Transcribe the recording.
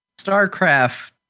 Starcraft